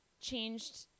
changed